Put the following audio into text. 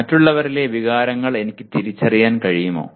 മറ്റുള്ളവരിലെ വികാരങ്ങൾ എനിക്ക് തിരിച്ചറിയാൻ കഴിയുമോ